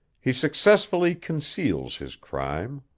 he successfully conceals his crime.